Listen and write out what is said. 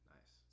Nice